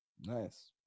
Nice